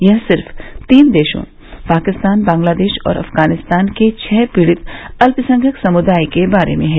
ये सिर्फ तीन देशों पाकिस्तान बांग्लादेश और अफगानिस्तान के छः पीड़ित अल्पसंख्यक समुदायों के बारे में है